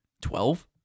Twelve